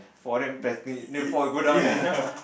for them then four you go down already